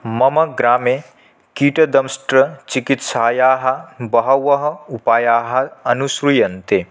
मम ग्रामे कीटदंष्ट्रचिकित्सायाः बहवः उपायाः अनुस्रियन्ते